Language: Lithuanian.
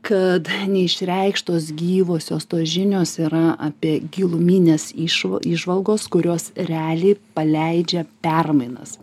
kad neišreikštos gyvosios tos žinios yra apie gilumines įžva įžvalgos kurios realiai paleidžia permainas